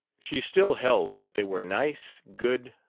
she still held that they were nice, good,